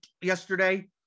yesterday